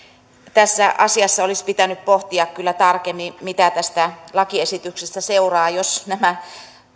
tässä asiassa olisi pitänyt kyllä pohtia tarkemmin mitä tästä lakiesityksestä seuraa jos nämä